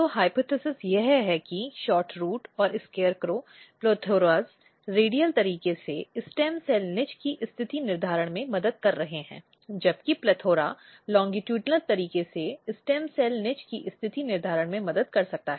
तो परिकल्पना यह है कि SHORTROOT और SCARECROW PLETHORAS रेडियल तरीके से स्टेम सेल निच की स्थिति निर्धारण में मदद कर रहे हैं जबकि PLETHORA लॉन्जटूडनल तरीके से स्टेम सेल निच की स्थिति निर्धारणमें मदद कर सकता है